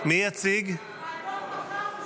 חבר הכנסת פינדרוס